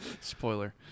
Spoiler